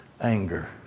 anger